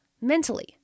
mentally